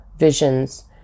visions